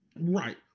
Right